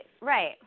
Right